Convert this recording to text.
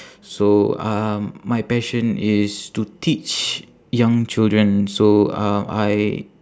so um my passion is to teach young children so uh I